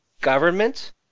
government